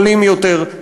חולים יותר,